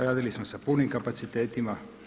Radili smo sa punim kapacitetima.